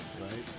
Right